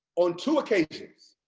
on two occasions,